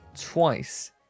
twice